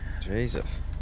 Jesus